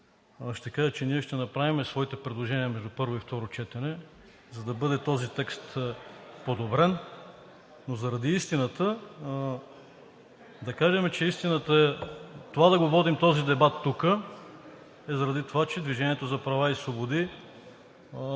ще кажа, че ние ще направим своите предложения между първо и второ четене (оживление), за да бъде този текст подобрен. Заради истината да кажем, че това да водим този дебат тук е заради това, че „Движение за права и свободи“